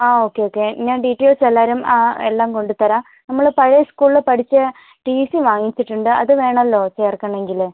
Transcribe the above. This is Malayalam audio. ആ ഓക്കെ ഓക്കെ ഞാൻ ഡീറ്റെയിൽസ് എല്ലാവരും ആ എല്ലാം കൊണ്ടുത്തരാം നമ്മൾ പഴയ സ്കൂളിൽ പഠിച്ച ടി സി വാങ്ങിച്ചിട്ടുണ്ട് അത് വേണമല്ലോ ചേർക്കണമെങ്കിൽ